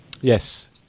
Yes